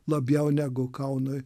labiau negu kaunui